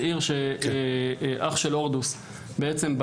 זה עיר שאח של הורדוס בנה.